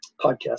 podcast